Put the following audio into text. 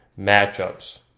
matchups